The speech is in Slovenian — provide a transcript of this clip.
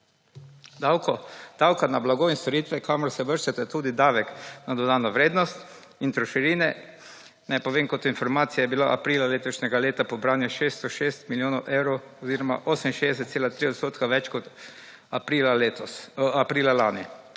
Davka na blago in storitve kamor se uvršča tudi davek na dodano vrednost in trošarine. Naj povem kot informacija je bila aprila letošnjega leta pobrano 606 milijonov evrov oziroma 68,3 odstotka več kot aprila lani.